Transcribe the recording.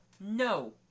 No